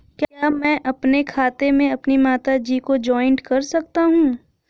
क्या मैं अपने खाते में अपनी माता जी को जॉइंट कर सकता हूँ?